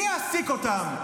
מי יעסיק אותם?